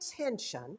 attention